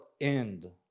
end